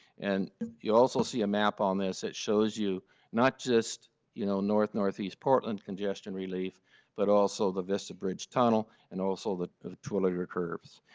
and you also see a map on this that shows you not just you know north northeast portland congestion relief but also the vista ridge tunnel and also the terwilliger curves.